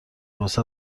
واست